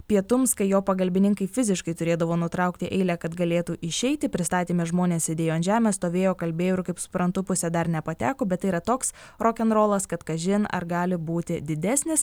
pietums kai jo pagalbininkai fiziškai turėdavo nutraukti eilę kad galėtų išeiti pristatyme žmonės sėdėjo ant žemės stovėjo kalbėjo kaip suprantu pusę dar nepateko bet tai yra toks rokenrolas kad kažin ar gali būti didesnis